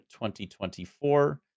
2024